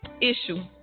issue